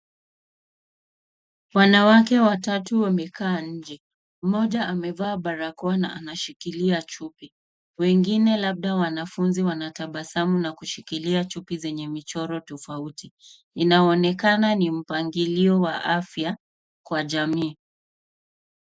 Wanawake watatu wamekaa nje. Mmoja ameva barako na anashikilia chupi. Wengine labda wanafunzi wanatabasamu na kushikilia chupi zenye michoro tofauti. Inaonekana ni mpangilia wa afya kwa jamii.